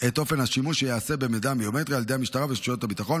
את אופן השימוש שייעשה במידע הביומטרי על ידי המשטרה ורשויות הביטחון,